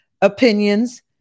opinions